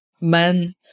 men